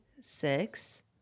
six